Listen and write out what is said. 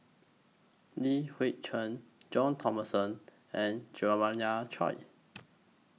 Li Hui Cheng John Thomson and Jeremiah Choy